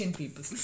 people